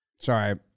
Sorry